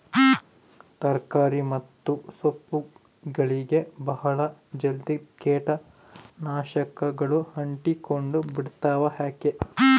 ತರಕಾರಿ ಮತ್ತು ಸೊಪ್ಪುಗಳಗೆ ಬಹಳ ಜಲ್ದಿ ಕೇಟ ನಾಶಕಗಳು ಅಂಟಿಕೊಂಡ ಬಿಡ್ತವಾ ಯಾಕೆ?